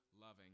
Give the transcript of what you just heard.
loving